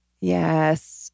Yes